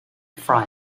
fry